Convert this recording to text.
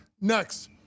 Next